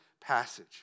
passage